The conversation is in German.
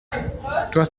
hast